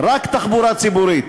רק תחבורה ציבורית.